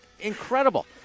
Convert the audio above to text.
Incredible